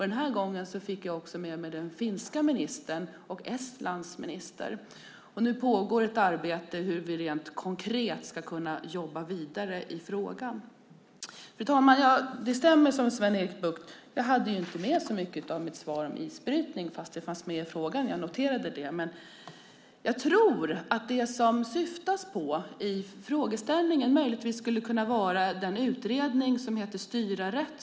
Den här gången fick jag också med mig den finska ministern och Estlands minister. Nu pågår ett arbete hur vi rent konkret ska kunna jobba vidare i frågan. Fru talman! Det stämmer som Sven-Erik Bucht säger: Jag hade inte med så mycket om isbrytning i mitt svar, fast det fanns med i frågan. Jag noterade det. Jag tror att vad som åsyftas i frågeställningen möjligen skulle kunna vara utredningen Styra rätt!